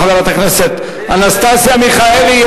תודה לחברת הכנסת אנסטסיה מיכאלי.